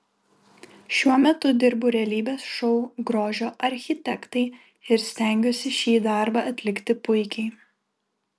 šiuo metu dirbu realybės šou grožio architektai ir stengiuosi šį darbą atlikti puikiai